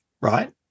right